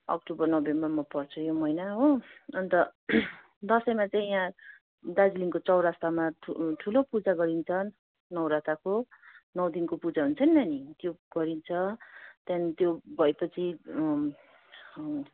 October नोभेम्बरमा पर्छ यो महिना हो अन्त दसैँमा चाहिँ यहाँ दार्जिलिङको चौरस्तामा ठुलो पूजा गरिन्छ नौरथाको नौ दिनको पूजा हुन्छ नि नानी त्यो गरिन्छ त्यान त्यो भएपछि